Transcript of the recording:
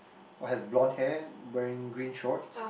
or has blond hair wearing green shorts